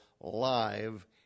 live